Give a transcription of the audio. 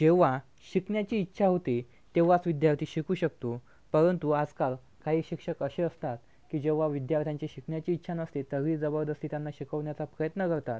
जेव्हा शिकण्याची इच्छा होते तेव्हाच विद्यार्थी शिकू शकतो परंतु आजकाल काही शिक्षक असे असतात की जेव्हा विद्यार्थ्यांची शिकण्याची इच्छा नसते तरी जबरदस्ती त्यांना शिकवण्याचा प्रयत्न करतात